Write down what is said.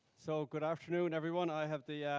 so good afternoon, everyone. i have the